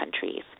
countries